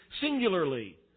singularly